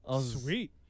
sweet